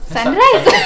Sunrise